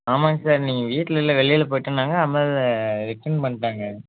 ஆமாங்க சார் நீங்கள் வீட்டிலில்ல வெளியில் போயிட்டேன்னாங்க அதனாலே ரிட்டர்ன் பண்ணிட்டாங்க